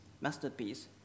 masterpiece